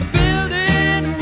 building